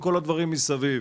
כל הדברים מסביב.